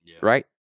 Right